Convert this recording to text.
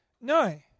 No